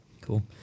Cool